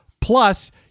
plus